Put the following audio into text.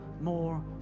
more